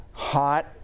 hot